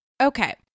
Okay